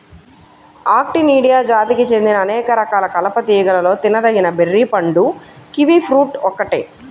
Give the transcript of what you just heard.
Actinidia జాతికి చెందిన అనేక రకాల కలప తీగలలో తినదగిన బెర్రీ పండు కివి ఫ్రూట్ ఒక్కటే